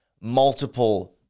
multiple